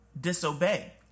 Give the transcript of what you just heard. disobey